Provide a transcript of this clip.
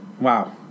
wow